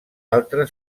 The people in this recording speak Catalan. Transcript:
altre